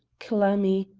clammy,